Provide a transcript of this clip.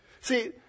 See